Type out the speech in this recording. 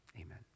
amen